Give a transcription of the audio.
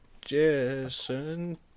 Jason